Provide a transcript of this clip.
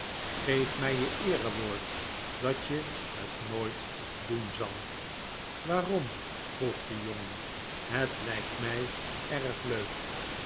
geef mij je eerewoord dat je het nooit doen zal waarom vroeg de jongen het lijkt mij erg leuk